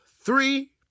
three